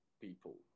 people